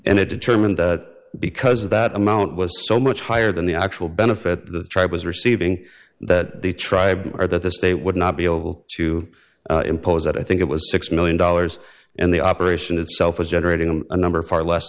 and it determined that because that amount was so much higher than the actual benefit the tribe was receiving that the tribe or that the state would not be able to impose that i think it was six million dollars and the operation itself was generating i'm a number far less